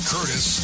Curtis